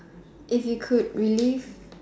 if you could relive